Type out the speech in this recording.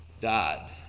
died